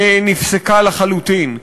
נפסקה לחלוטין.